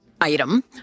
item